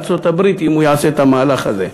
בארצות-הברית אם הוא יעשה את המהלך הזה.